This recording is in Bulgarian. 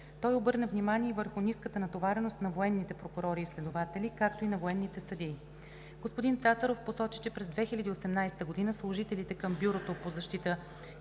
Той обърна внимание и върху ниската натовареност на военните прокурори и следователи, както и на военните съдии. Господин Цацаров посочи, че през 2018 г. служителите към Бюрото по защита